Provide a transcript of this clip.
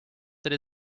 that